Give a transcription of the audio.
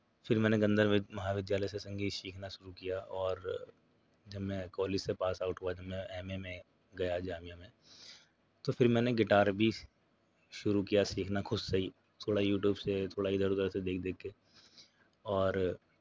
پھر میں نے گندھر ود مہا ودھیالیہ سے سنگیت سیکھنا شروع کیا اور جب میں کالج سے پاس آؤٹ ہوا جب میں ایم اے میں گیا جامعہ میں تو پھر میں نے گٹار بھی شروع کیا سیکھنا خود سے ہی تھوڑا یوٹیوب سے تھوڑا ادھر ادھر سے دیکھ دیکھ کے اور